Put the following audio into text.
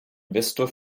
investor